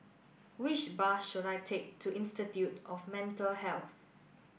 which bus should I take to Institute of Mental Health